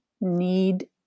need